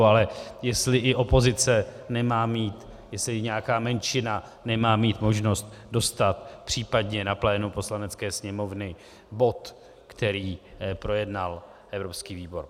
Ale jestli i opozice nemá mít, jestli nějaká menšina nemá mít možnost dostat případně na plénum Poslanecké sněmovny bod, který projednal evropský výbor.